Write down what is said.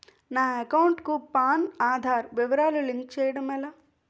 నా అకౌంట్ కు పాన్, ఆధార్ వివరాలు లింక్ చేయటం ఎలా?